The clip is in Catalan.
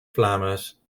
flames